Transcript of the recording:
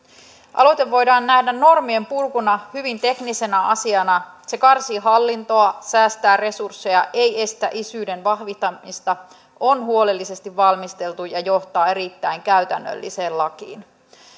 aloite voidaan nähdä normien purkuna hyvin teknisenä asiana se karsii hallintoa säästää resursseja ei estä isyyden vahvistamista on huolellisesti valmisteltu ja johtaa erittäin käytännölliseen lakiin